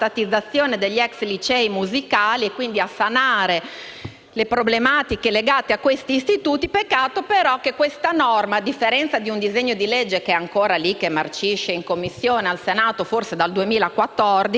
ex licei musicali e quindi sanare le problematiche legate a questi istituti; peccato però che questa norma, a differenza di un disegno di legge che ancora marcisce in Commissione al Senato, forse dal 2014, è